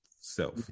self